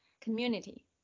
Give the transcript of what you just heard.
community